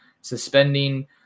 suspending